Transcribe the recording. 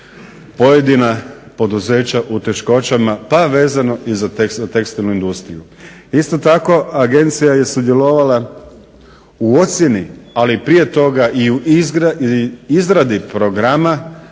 pojedina poduzeća u teškoćama pa vezano i za tekstilnu industriju. Isto tako, Agencija je sudjelovala u ocjeni, ali prije toga i u izradi programa